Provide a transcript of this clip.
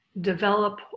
develop